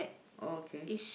oh okay